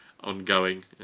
Ongoing